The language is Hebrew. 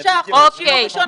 אם זה בגבול 5% - בשיעור ראשון